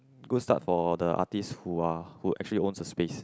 good start for the artist who are who actually owns the space